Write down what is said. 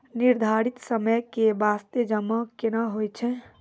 निर्धारित समय के बास्ते जमा केना होय छै?